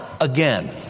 again